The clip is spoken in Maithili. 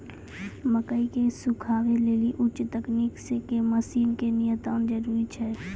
मकई के सुखावे लेली उच्च तकनीक के मसीन के नितांत जरूरी छैय?